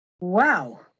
Wow